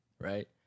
right